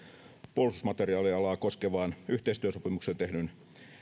puolustusmateriaalialaa koskevaan yhteistyösopimukseen tehdyn